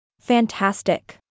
Fantastic